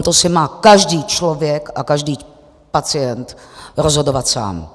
O tomto si má každý člověk a každý pacient rozhodovat sám.